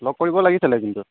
লগ কৰিব লাগিছিল কিন্তু